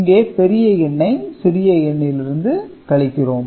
இங்கே பெரிய எண்ணை சிறிய எண்ணிலிருந்து கழிக்கிறோம்